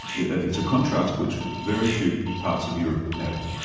it's a contrast which very few parts of europe have,